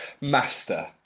Master